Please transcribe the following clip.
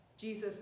jesus